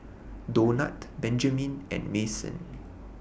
Donat Benjamin and Mason